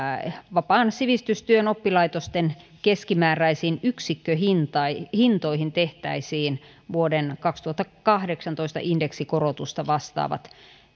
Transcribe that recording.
vapaan sivistystyön oppilaitosten keskimääräisiin yksikköhintoihin tehtäisiin vuoden kaksituhattakahdeksantoista indeksikorotusta vastaavat